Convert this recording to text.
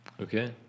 Okay